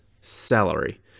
salary